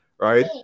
right